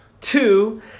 Two